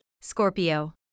Scorpio